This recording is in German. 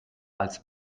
als